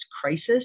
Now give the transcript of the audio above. crisis